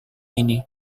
ini